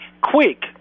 quick